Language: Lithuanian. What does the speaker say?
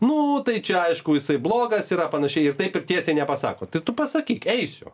nu tai čia aišku jisai blogas yra panašiai ir taip ir tiesiai nepasako tai tu pasakyk eisiu